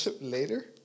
Later